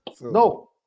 No